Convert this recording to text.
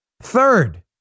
Third